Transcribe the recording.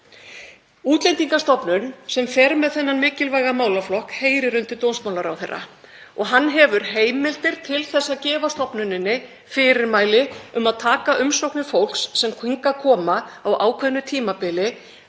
Útlendingastofnun, sem fer með þennan mikilvæga málaflokk, heyrir undir dómsmálaráðherra og hann hefur heimildir til að gefa stofnuninni fyrirmæli um að taka umsóknir fólks sem hingað komu á ákveðnu tímabili